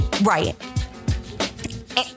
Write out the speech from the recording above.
Right